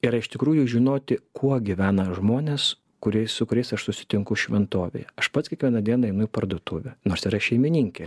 yra iš tikrųjų žinoti kuo gyvena žmonės kuriais su kuriais aš susitinku šventovėje aš pats kiekvieną dieną einu į parduotuvę nors yra šeimininkė